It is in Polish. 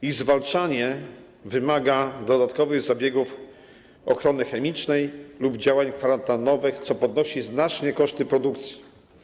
Ich zwalczanie wymaga dodatkowych zabiegów w zakresie ochrony chemicznej lub działań kwarantannowych, co podnosi znacznie koszty produkcji.